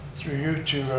through you to